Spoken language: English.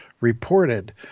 Reported